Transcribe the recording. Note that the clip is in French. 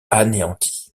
anéanti